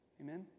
Amen